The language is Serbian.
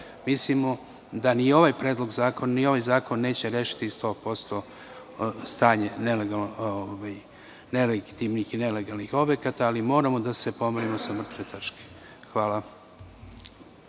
Mislimo da ni ovaj predlog zakona neće rešiti 100% stanje nelegitimnih i nelegalnih objekata, ali moramo da se pomerimo sa mrtve tačke. Hvala.